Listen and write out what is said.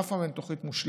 אף פעם אין תוכנית מושלמת,